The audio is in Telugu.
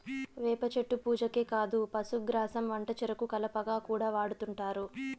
వేప చెట్టు పూజకే కాదు పశుగ్రాసం వంటచెరుకు కలపగా కూడా వాడుతుంటారు